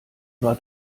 war